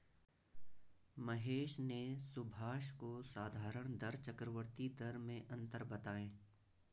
महेश ने सुभाष को साधारण दर चक्रवर्ती दर में अंतर बताएं